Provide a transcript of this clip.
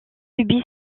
subit